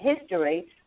history